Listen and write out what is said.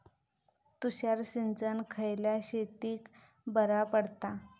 तुषार सिंचन खयल्या शेतीक बरा पडता?